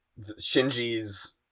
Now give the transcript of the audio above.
shinji's